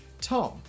Tom